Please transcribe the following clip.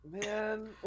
Man